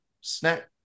snack